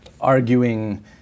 arguing